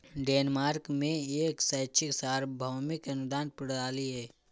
Denmark में एक शैक्षिक सार्वभौमिक अनुदान प्रणाली है